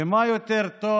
ומה יותר טוב?